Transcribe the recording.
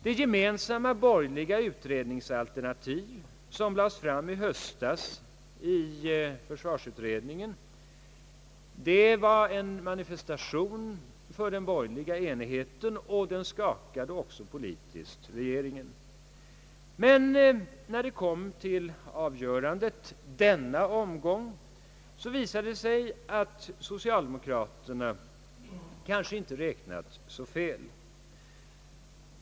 Det gemensamma borgerliga utredningsalternativ som lades fram i höstas i försvarsutredningen var en manifestation för den borgerliga enigheten, och den skakade också regeringen politiskt. Men när det kom till avgörandet denna omgång visade det sig att socialdemokraterna kanske inte hade räknat så fel.